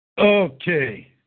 okay